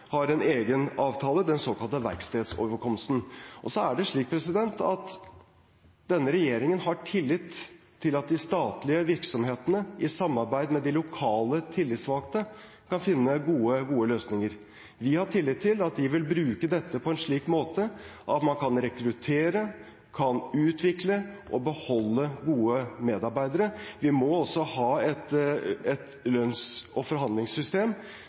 har en egen avtale, den såkalte Verkstedsoverenskomsten. Denne regjeringen har tillit til at de statlige virksomhetene i samarbeid med de lokale tillitsvalgte kan finne gode løsninger. Vi har tillit til at de vil bruke dette på en slik måte at man kan rekruttere, utvikle og beholde gode medarbeidere. Vi må også ha et lønns- og forhandlingssystem